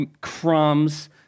crumbs